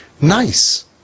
Nice